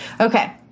Okay